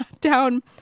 down